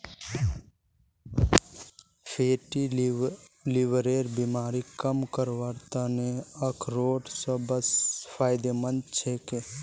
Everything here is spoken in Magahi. फैटी लीवरेर बीमारी कम करवार त न अखरोट सबस फायदेमंद छेक